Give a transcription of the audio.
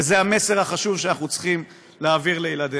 וזה המסר החשוב שאנחנו צריכים להעביר לילדינו.